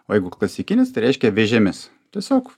o jeigu klasikinis tai reiškia vėžėmis tiesiog